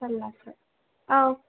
जारलासो औ